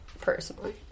personally